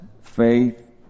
faith